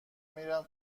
میرم